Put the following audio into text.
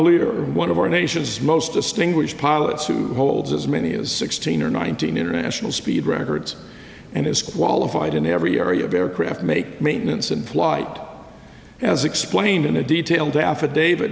leader one of our nation's most distinguished pilots who holds as many as sixteen or nineteen international speed records and is qualified in every area of aircraft make maintenance and plight as explained in a detailed affidavit